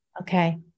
Okay